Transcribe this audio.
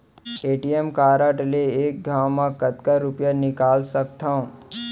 ATM card ले एक घव म कतका रुपिया निकाल सकथव?